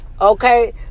Okay